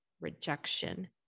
rejection